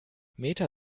meta